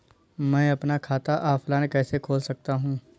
मैं अपना खाता ऑफलाइन कैसे खोल सकता हूँ?